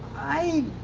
i